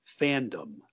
fandom